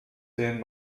den